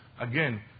Again